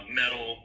metal